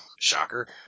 Shocker